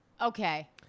Okay